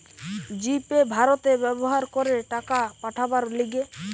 জি Pay ভারতে ব্যবহার করে টাকা পাঠাবার লিগে